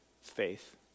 faith